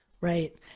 Right